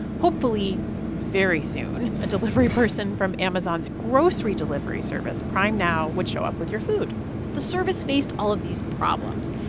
hopefully very soon, a delivery person from amazon's grocery delivery service, prime now, would show up with your food the service faced all of these problems,